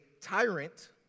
tyrant